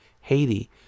haiti